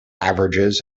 averages